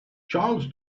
charles